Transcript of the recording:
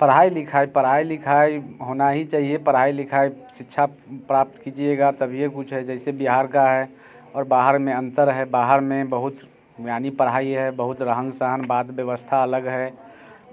पढ़ाई लिखाई पढ़ाई लिखाई होना ही चाहिए पढ़ाई लिखाई शिक्षा प्राप्त कीजिएगा तभी कुछ है जैसे बिहार का है और बाहर में अंतर है बाहर में बहुत यानी पढ़ाई है बहुत रहन सहन बात व्यवस्था अलग है